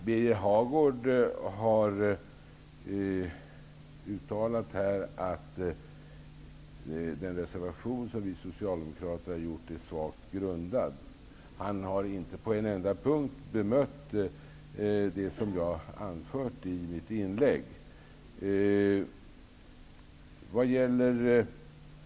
Fru talman! Birger Hagård säger att den reservation som vi socialdemokrater har avgivit är svagt grundad, men han har inte på en enda punkt bemött det jag anförde i mitt inlägg.